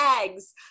eggs